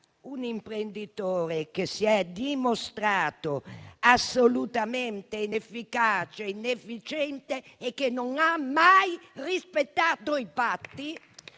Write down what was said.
un imprenditore che si è dimostrato assolutamente inefficace e inefficiente e che non ha mai rispettato i patti